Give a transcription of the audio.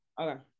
Okay